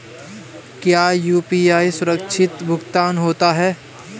क्या यू.पी.आई सुरक्षित भुगतान होता है?